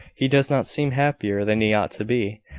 he does not seem happier than he ought to be,